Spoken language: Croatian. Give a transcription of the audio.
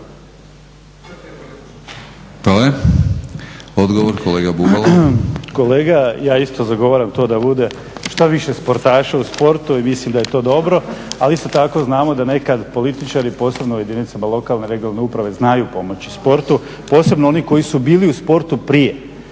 Kolega ja isto zagovaram to da bude šta više sportaša u sportu i mislim da je to dobro, ali isto tako znamo da nekad političari, posebno u jedinicama lokalne, regionalne uprave znaju pomoći sportu, posebno oni koji su bili u sportu prije.